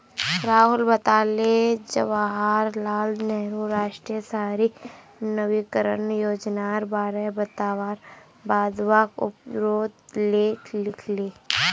राहुल बताले जवाहर लाल नेहरूर राष्ट्रीय शहरी नवीकरण योजनार बारे बतवार बाद वाक उपरोत लेख लिखले